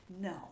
No